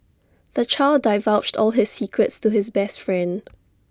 the child divulged all his secrets to his best friend